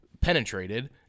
penetrated